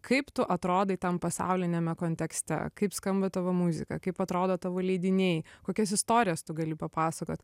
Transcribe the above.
kaip tu atrodai tam pasauliniame kontekste kaip skamba tavo muzika kaip atrodo tavo leidiniai kokias istorijas tu gali papasakot